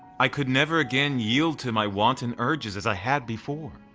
i could never again yield to my wanton urges as i had before.